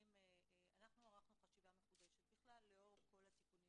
אנחנו ערכנו חשיבה מחודשת לאור כל הסיכונים